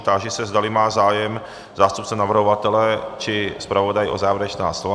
Táži se, zdali má zájem zástupce navrhovatele či zpravodaj o závěrečná slova.